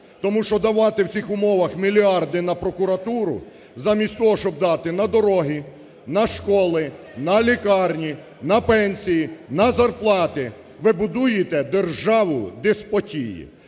Тому що давати в цих умовах мільярди на прокуратуру, замість того щоб дати на дороги, на школи, на лікарні, на пенсії, на зарплати, ви будуєте державу деспотії,